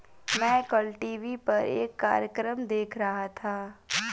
मैं कल टीवी पर एक कार्यक्रम देख रहा था